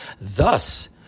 Thus